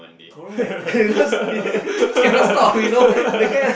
correct cause he cannot stop you know that kind